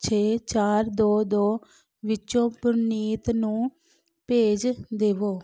ਛੇ ਚਾਰ ਦੋ ਦੋ ਵਿੱਚੋਂ ਪ੍ਰਨੀਤ ਨੂੰ ਭੇਜ ਦੇਵੋ